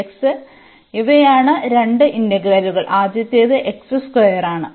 അതിനാൽ ഇവയാണ് രണ്ട് ഇന്റഗ്രലുകൾ ആദ്യത്തേത് ആണ്